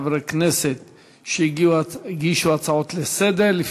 יש כמה חברי כנסת שהגישו הצעות לסדר-היום.